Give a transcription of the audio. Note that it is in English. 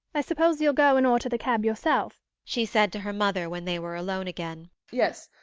i suppose you'll go and order the cab yourself she said to her mother, when they were alone again. yes,